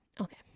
Okay